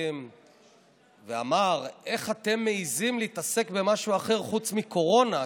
המשפטים ואמר: איך אתם מעיזים להתעסק במשהו אחר חוץ מקורונה,